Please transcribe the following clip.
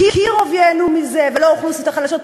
אקירוב ייהנה מזה, ולא האוכלוסיות החלשות.